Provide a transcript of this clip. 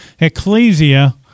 Ecclesia